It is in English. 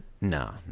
No